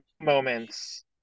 moments